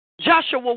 Joshua